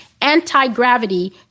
anti-gravity